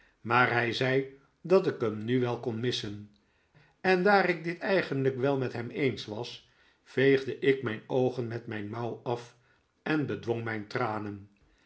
maar hij zei dat ik hem nu wel kon missen en daar ik dit eigenlijk met hem eens was veegde ik mijn oogen met mijn mouw af en bedwong mijn tranen